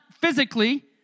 physically